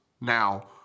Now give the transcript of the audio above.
Now